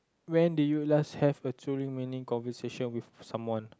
when do you last have a truly meaning conversation with someone